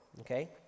okay